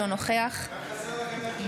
אינו נוכח אמיר אוחנה,